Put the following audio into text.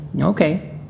Okay